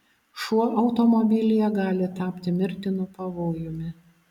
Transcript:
šuo automobilyje gali tapti mirtinu pavojumi